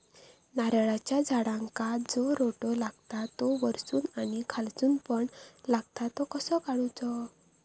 नारळाच्या झाडांका जो रोटो लागता तो वर्सून आणि खालसून पण लागता तो कसो काडूचो?